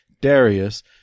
Darius